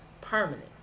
permanent